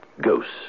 ghosts